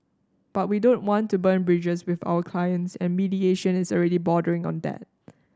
but we don't want to burn bridges with our clients and mediation is already bordering on that